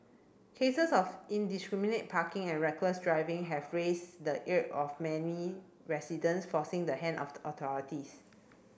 cases of indiscriminate parking and reckless riding have raised the ire of many residents forcing the hand of authorities